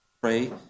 pray